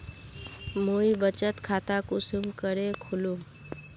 मुई बचत खता कुंसम करे खोलुम?